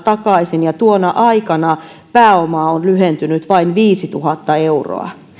takaisin kuusikymmentäviisituhatta ja tuona aikana pääoma on lyhentynyt vain viisituhatta euroa